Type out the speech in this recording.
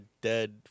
dead